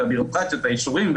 הבירוקרטיות והאישורים,